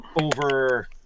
over